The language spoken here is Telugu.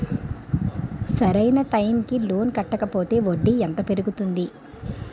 సరి అయినా టైం కి లోన్ కట్టకపోతే వడ్డీ ఎంత పెరుగుతుంది?